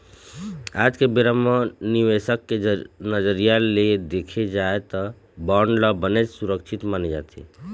आज के बेरा म निवेसक के नजरिया ले देखे जाय त बांड ल बनेच सुरक्छित माने जाथे